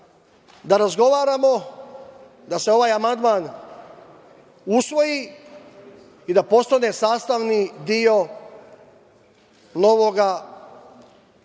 da razgovaramo, da se ovaj amandman usvoji i da postane sastavni deo novog zakona,